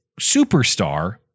superstar